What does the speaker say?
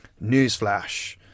newsflash